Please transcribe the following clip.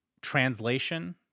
translation